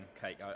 cake